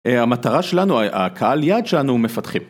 המטרה שלנו, הקהל יד שאנו מפתחים.